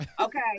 Okay